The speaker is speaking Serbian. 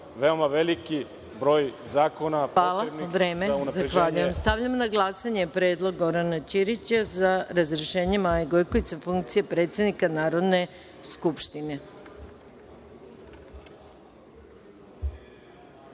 veoma veliki broj zakona potrebnih za unapređenje…